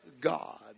God